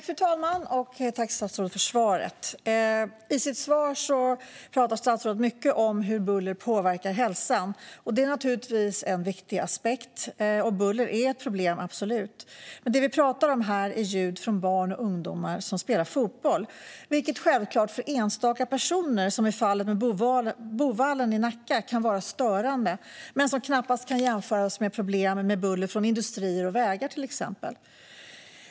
Fru talman! Tack, statsrådet, för svaret! I sitt svar talade statsrådet mycket om hur buller påverkar hälsan. Detta är naturligtvis en viktig aspekt, och buller är absolut ett problem. Men det vi talar om här är ljud från barn och ungdomar som spelar fotboll. Detta kan självklart vara störande för enstaka personer, som i fallet med Boovallen i Nacka, men det kan knappast jämföras med problem med buller från till exempel industrier och vägar.